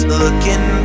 looking